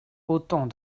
autant